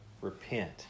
Repent